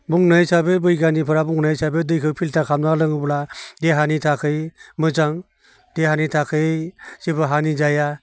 बुंनाय हिसाबै बैगानिगफ्रा बुंनाय हिसाबै दैखौ फिलटार खालामनानै लोङोब्ला देहानि थाखै मोजां देहानि थाखै जेबो हानि जाया